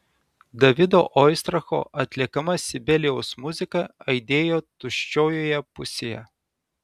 davido oistracho atliekama sibelijaus muzika aidėjo tuščiojoje pusėje